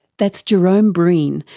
that's gerome breen,